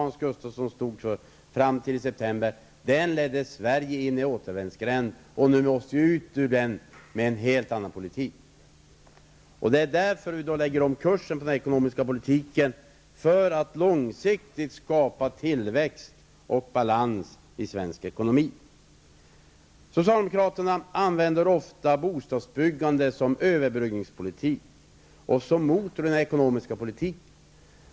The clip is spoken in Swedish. Hans Gustafsson stod för fram till september förra året ledde in Sverige i en återvändsgränd. Nu måste vi komma ut ur den genom att föra en helt annan politik. Det är alltså därför vi lägger om kursen på den ekonomiska politiken. Vi vill långsiktigt skapa tillväxt och balans i svensk ekonomi. Socialdemokraterna använder ofta bostadsbyggandet såsom överbryggningspolitik och som motorn i den ekonomiska politiken.